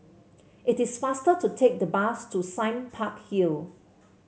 it is faster to take the bus to Sime Park Hill